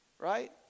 Right